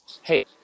hey